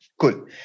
Cool